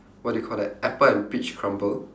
what do you call that apple and peach crumble